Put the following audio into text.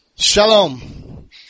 Shalom